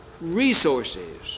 resources